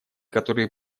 которые